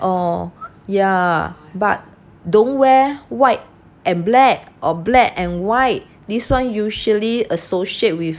or yeah but don't wear white and black or black and white this one usually associate with